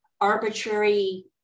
arbitrary